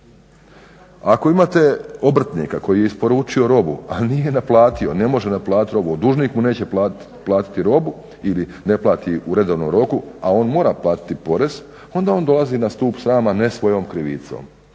Ako imate obrtnika koji je isporučio robu, a nije naplatio, ne može naplatiti robu, dužnik mu neće platiti robu ili ne plati u redovnom roku onda on mora platiti porez, onda on dolazi na stup srama ne svojom krivicom.